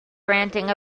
ranting